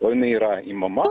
o jinai yra imama